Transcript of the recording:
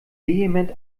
vehement